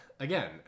Again